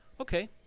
Okay